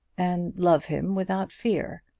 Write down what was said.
and love him without fear.